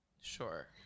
sure